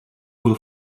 nur